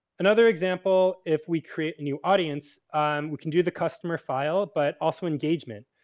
another example, if we create a new audience we can do the customer file, but also engagement.